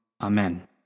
Amen